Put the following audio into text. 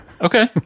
Okay